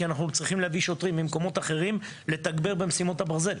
כי אנחנו צריכים להביא שוטרים ממקומות אחרים לתגבר במשימות הברזל.